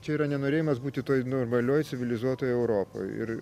čia yra nenorėjimas būti toj normalioj civilizuotoj europoj ir